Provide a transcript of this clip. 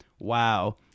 wow